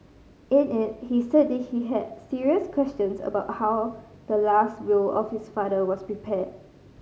in it he said that he had serious questions about how the last will of his father was prepared